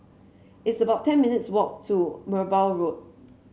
it's about ten minutes' walk to Merbau Road